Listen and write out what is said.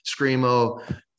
Screamo